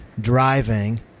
driving